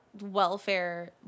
welfare